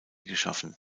geschaffen